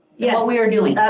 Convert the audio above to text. yeah we are doing.